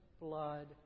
blood